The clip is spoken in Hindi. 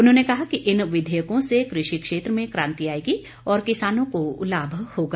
उन्होंने कहा कि इन विधेयकों से कृषि क्षेत्र में कांति आएगी और किसानों को लाभ होगा